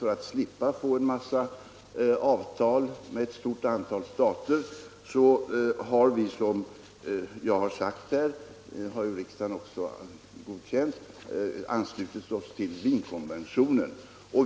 För att slippa få en massa avtal med ett stort antal stater har vi, som jag nämnde, anslutit oss till Wienkonventionen, och det har riksdagen också godkänt.